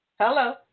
Hello